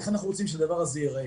איך אנחנו רוצים שהדבר הזה ייראה?